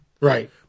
Right